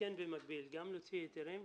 וכן במקביל גם להוציא היתרים,